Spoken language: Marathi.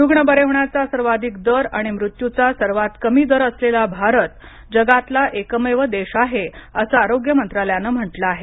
रुग्ण बरे होण्याचा सर्वाधिक दर आणि मृत्यूचा सर्वात कमी दर असलेला भारत जगातला एकमेव देश आहे असं आरोग्य मंत्रालयानं म्हटलं आहे